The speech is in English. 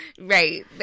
Right